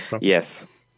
Yes